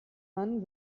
man